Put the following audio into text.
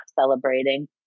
celebrating